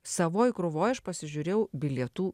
savoj krūvoj aš pasižiūrėjau bilietų